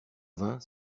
vain